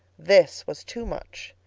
this was too much.